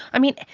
i mean,